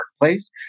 workplace